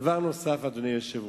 דבר נוסף, אדוני היושב-ראש: